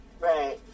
Right